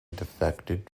defected